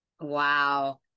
Wow